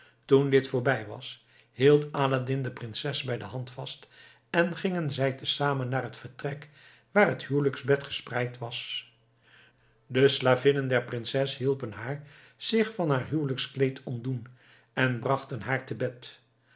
toen dit voorbij was hield aladdin de prinses bij de hand vast en gingen zij tezamen naar het vertrek waar het huwelijksbed gespreid was de slavinnen der prinses hielpen haar zich van haar huwelijkskleed ontdoen en brachten haar te bed